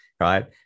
right